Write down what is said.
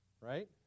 right